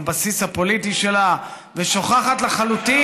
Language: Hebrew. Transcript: שמעתי אותך פונה לחבריך בקואליציה ומבקשת שתעבדו